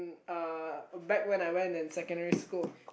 um uh back when I went in secondary school